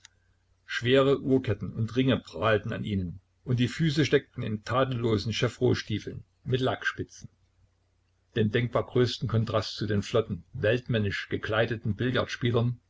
schwere uhrketten und ringe prahlten an ihnen und die füße steckten in tadellosen chevreaustiefeln mit lackspitzen den denkbar größten kontrast zu den flotten weltmännisch gekleideten